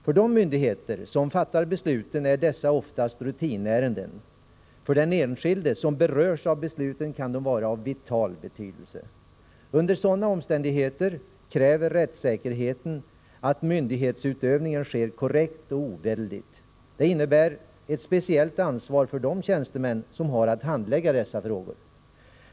För de myndigheter som fattar besluten är dessa oftast rutinärenden. För den enskilde som berörs av besluten kan de vara av vital betydelse. Under sådana omständigheter kräver rättssäkerheten att myndighetsutövningen sker korrekt och oväldigt. Det innebär ett speciellt ansvar för de tjänstemän som har att handlägga dessa frågor.